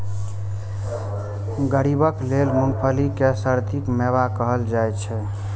गरीबक लेल मूंगफली कें सर्दीक मेवा कहल जाइ छै